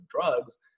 drugs